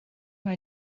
mal